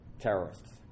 terrorists